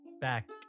back